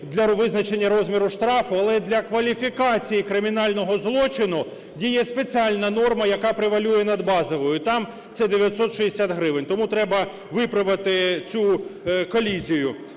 для визначення розміру штрафу, але для кваліфікації кримінального злочину діє спеціальна норма, яка превалює над базовою, там це 960 гривень. Тому треба виправити цю колізію.